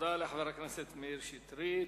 תודה לחבר הכנסת מאיר שטרית.